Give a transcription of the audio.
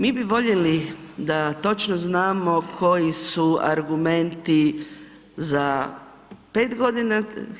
Mi bi voljeli da točno znamo koji su argumenti za 5 godina.